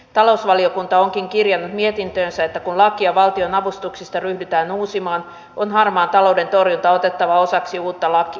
talousvaliokunta onkin kirjannut mietintöönsä että kun lakia valtionavustuksista ryhdytään uusimaan on harmaan talouden torjunta otettava osaksi uutta lakia